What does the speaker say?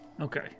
Okay